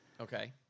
Okay